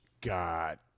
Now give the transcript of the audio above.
God